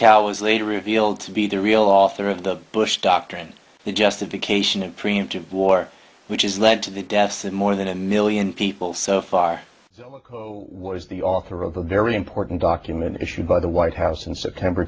was later revealed to be the real author of the bush doctrine the justification of preemptive war which is led to the deaths of more than a million people so far so was the author of a very important document issued by the white house in september